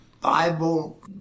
Bible